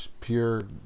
pure